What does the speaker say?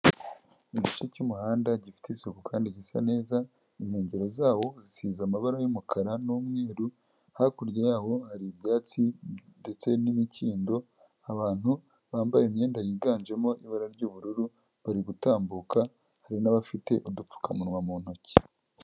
Igice cy'umuhanda gifite isuku kandi gisa neza inkengero zawo zisize amabara y'umukara n'umweru, hakurya yawo hari ibyatsi ndetse n'imikindo abantu bambaye imyenda yiganjemo ibara ry'ubururu, bari gutambuka hari n'abafite udupfukamunwa mu ntoki.